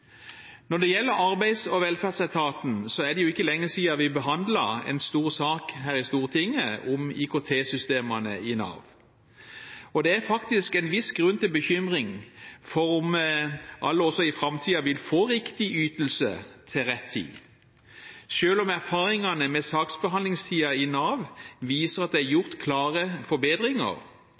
Når det gjelder Arbeids- og velferdsetaten, er det ikke lenge siden vi behandlet en stor sak her i Stortinget om IKT-systemene. Det er faktisk en viss grunn til bekymring for om alle også i framtiden vil få riktig ytelse til rett tid. Selv om erfaringene med saksbehandlingstiden i Nav viser at det er gjort klare forbedringer,